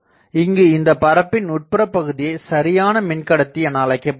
இங்கு இந்த பரப்பின் உட்புற பகுதியை சரியான மின்கடத்தி என அழைக்கப்படுகிறது